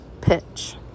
pitch